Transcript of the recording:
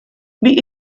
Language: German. wie